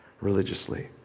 religiously